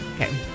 Okay